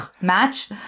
match